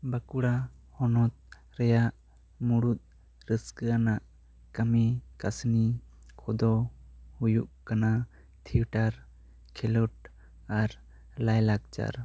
ᱵᱟᱸᱠᱩᱲᱟ ᱦᱚᱱᱚᱛ ᱨᱮᱱᱟᱜ ᱢᱩᱲᱩᱛ ᱨᱟᱹᱥᱠᱟᱹ ᱟᱱᱟᱜ ᱠᱟᱹᱢᱤ ᱠᱟᱹᱥᱱᱤ ᱠᱚᱫᱚ ᱦᱩᱭᱩᱜ ᱠᱟᱱᱟ ᱛᱷᱤᱭᱮᱴᱟᱨ ᱠᱷᱮᱞᱳᱰ ᱟᱨ ᱞᱟᱭ ᱞᱟᱠᱪᱟᱨ